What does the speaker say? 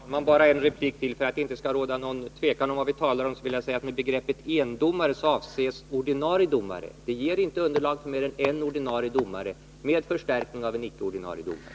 Herr talman! Bara en replik till. För att det inte skall råda något tvivel om vad vi talar om vill jag säga att med begreppet endomare avses ordinarie domare. Det finns inte underlag för mer än en ordinarie domare med förstärkning av en icke ordinarie domare.